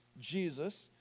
jesus